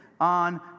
on